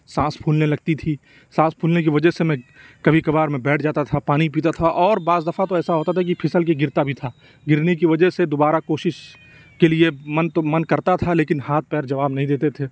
سانس پھولنے لگتی تھی سانس پھولنے کی وجہ سے میں کبھی کبھار میں بیٹھ جاتا تھا پانی پیتا تھا اور بعض دفعہ تو ایسا ہوتا تھا کہ پھسل کے گرتا بھی تھا گرنے کی وجہ سے دوبارہ کوشش کے لیے من تو من کرتا تھا لیکن ہاتھ پیر جواب نہیں دیتے تھے